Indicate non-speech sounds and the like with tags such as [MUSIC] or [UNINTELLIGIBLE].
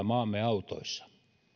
[UNINTELLIGIBLE] maamme autoissa